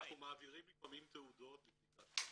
אנחנו מעבירים לפעמים תעודות לבדיקת מז"פ,